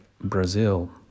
Brazil